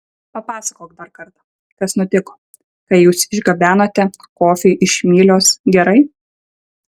papasakok dar kartą kas nutiko kai jūs išgabenote kofį iš mylios gerai